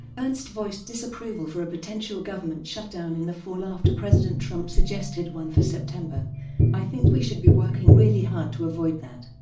ernst voiced disapproval for a potential government shutdown in the fall after president trump suggested one for september i think we should be working really hard to avoid that.